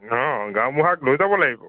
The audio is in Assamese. অ গাঁওবুঢ়াক লৈ যাব লাগিব